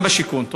גם בשיכון.